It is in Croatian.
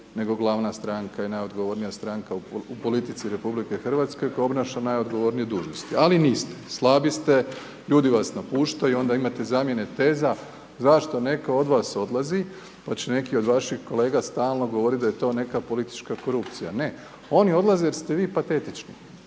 nego glavna stranka i najodgovornija stranka u politici RH koja obnaša najodgovornije dužnosti. Ali, niste, slabi ste, ljudi vas napuštaju, onda imate zamjene teza, zašto netko od vas odlazi, pa će neki od vaših kolega stalno govoriti da je to neka politička korupcija. Ne, oni odlaze jer ste vi patetični,